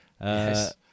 Yes